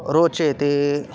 रोचेते